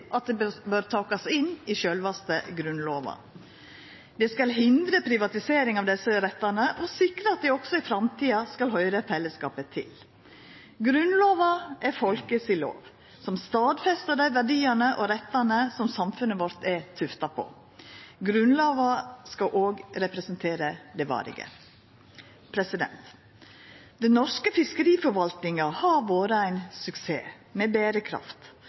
at det bør takast inn i sjølve Grunnlova. Det skal hindra privatisering av desse rettane og sikra at dei også i framtida skal høyra fellesskapet til. Grunnlova er folket si lov, som stadfestar dei verdiane og rettane som samfunnet vårt er tufta på. Grunnlova skal òg representera det varige. Den norske fiskeriforvaltinga har vore ein suksess, med berekraft,